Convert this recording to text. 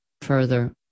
Further